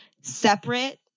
separate